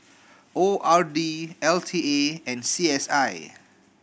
O R D L T A and C S I